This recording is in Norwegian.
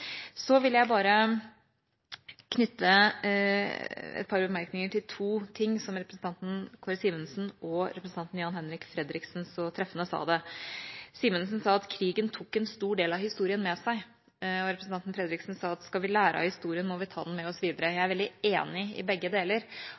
Så vil jeg knytte et par bemerkninger til to ting som representanten Kåre Simensen og representanten Jan-Henrik Fredriksen så treffende sa. Simensen sa at krigen tok en stor del av historien med seg, og Fredriksen sa at skal vi lære av historien, må vi ta den med oss videre. Jeg er veldig enig i begge deler,